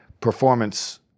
performance